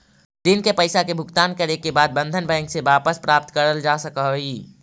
ऋण के पईसा के भुगतान करे के बाद बंधन बैंक से वापस प्राप्त करल जा सकऽ हई